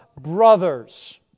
brothers